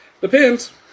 depends